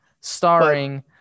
starring